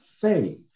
faith